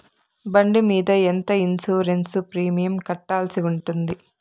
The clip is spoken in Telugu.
బండి మీద ఎంత ఇన్సూరెన్సు ప్రీమియం కట్టాల్సి ఉంటుంది?